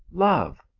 love!